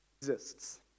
exists